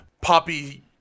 poppy